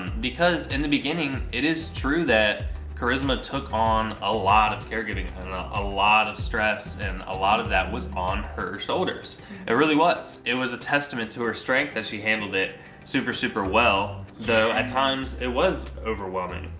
because in the beginning, it is true that charisma took on a lot of caregiving and a lot of stress. and a lot of that was on her shoulders. it really was. it was a testament to her strength that she handled it super, super well. though at times it was overwhelming.